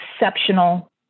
exceptional